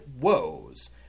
woes